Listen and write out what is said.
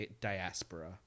diaspora